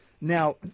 Now